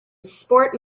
sport